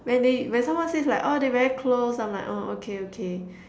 when they when someone says like oh they very close I'm like oh okay okay